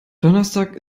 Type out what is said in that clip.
donnerstag